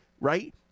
right